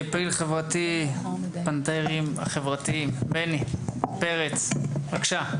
פעיל חברתי, בני פרץ, בבקשה.